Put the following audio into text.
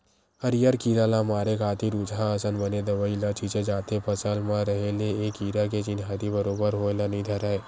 हरियर कीरा ल मारे खातिर उचहाँ असन बने दवई ल छींचे जाथे फसल म रहें ले ए कीरा के चिन्हारी बरोबर होय ल नइ धरय